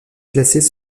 classées